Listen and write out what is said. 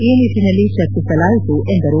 ಈ ನಿಟ್ಟನಲ್ಲಿ ಚರ್ಚಿಸಲಾಯಿತು ಎಂದರು